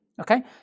okay